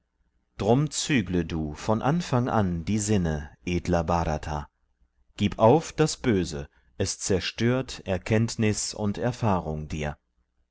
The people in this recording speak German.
drum zügle du von anfang an die sinne edler bhrata gib auf das böse es zerstört erkenntnis und erfahrung dir